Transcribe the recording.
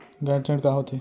गैर ऋण का होथे?